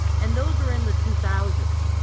and those were in the two thousand